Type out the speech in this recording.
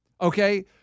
okay